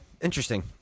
interesting